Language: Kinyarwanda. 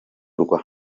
rwa